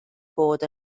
bod